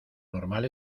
normal